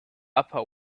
upper